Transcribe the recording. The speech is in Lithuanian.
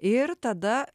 ir tada